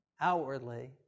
outwardly